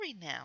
now